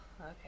okay